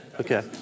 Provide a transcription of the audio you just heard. Okay